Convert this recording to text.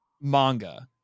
manga